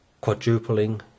quadrupling